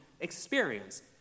experience